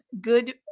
good